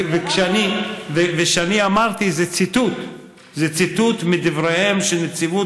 וכשאני אמרתי, זה ציטוט מדברים של נציבות